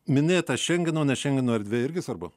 minėta šengeno ne šengeno erdvė irgi svarbu